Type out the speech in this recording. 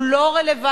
הוא לא רלוונטי,